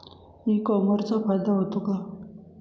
E कॉमर्सचा फायदा होतो का?